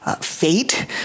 Fate